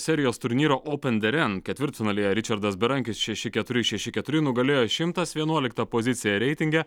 serijos turnyro open deren ketvirtfinalyje ričardas berankis šeši keturi šeši keturi nugalėjo šimtas vienuoliktą poziciją reitinge